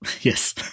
Yes